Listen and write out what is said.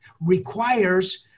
requires